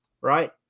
right